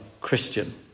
Christian